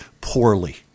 poorly